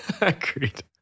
Agreed